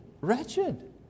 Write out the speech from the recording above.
wretched